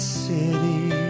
city